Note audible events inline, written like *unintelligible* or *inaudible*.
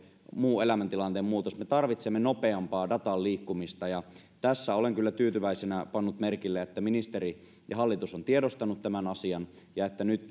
muu elämäntilanteen muutos jolloin me tarvitsemme nopeampaa datan liikkumista tässä olen kyllä tyytyväisenä pannut merkille että ministeri ja hallitus ovat tiedostaneet tämän asian ja että nyt *unintelligible*